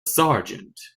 sergeant